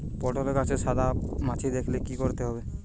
পটলে গাছে সাদা মাছি দেখালে কি করতে হবে?